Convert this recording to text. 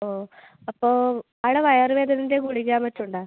ഓ അപ്പോൾ അവിടെ വയറുവേദനേൻ്റെ ഗുളികയോ മറ്റോ ഉണ്ടോ